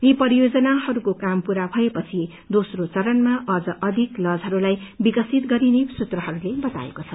यी परियोजनाहरूको काम पूरा भएपछि दोम्रो चरणमा अझ अधिक लजहरूलाई विकसित गरिने सूत्रहरूले बताएको छ